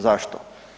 Zašto?